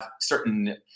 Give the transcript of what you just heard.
certain